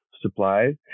supplies